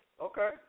Okay